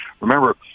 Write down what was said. Remember